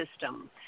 system